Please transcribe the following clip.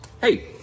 Hey